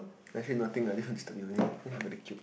actually nothing ah just want to disturb you only cause you very cute